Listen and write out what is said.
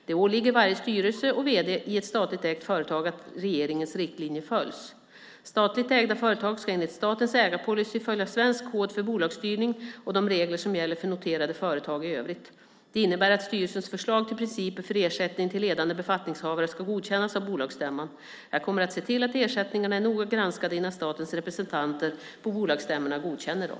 Det åligger varje styrelse och vd i ett statligt ägt företag att regeringens riktlinjer följs. Statligt ägda företag ska enligt statens ägarpolicy följa svensk kod för bolagsstyrning och de regler som gäller för noterade företag i övrigt. Det innebär att styrelsens förslag till principer för ersättning till ledande befattningshavare ska godkännas av bolagsstämman. Jag kommer att se till att ersättningarna är noga granskade innan statens representanter på bolagsstämmorna godkänner dem.